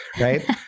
right